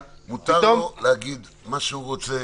מותר לו להגיד מה שהוא רוצה